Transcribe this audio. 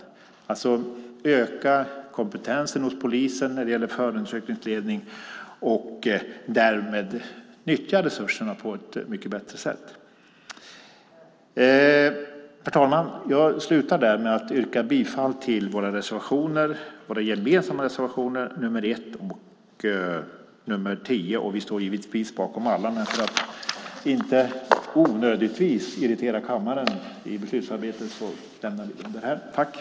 Det handlar alltså om att öka polisens kompetens när det gäller förundersökningsledning för att därmed på ett mycket bättre sätt kunna nyttja resurserna. Herr talman! Avslutningsvis yrkar jag bifall till reservationerna 1 och 10 som vi har gemensamt med v och mp. Givetvis står vi bakom alla våra reservationer, men för att inte onödigtvis irritera kammaren i beslutsarbetet nöjer vi oss med nämnda yrkande.